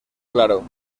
claro